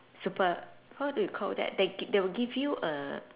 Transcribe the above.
super how do you call that they gi~ they will give you a